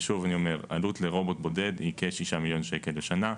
ואני אומר שוב: העלות לרובוט בודד היא כ-6 מיליון שקל לשנה,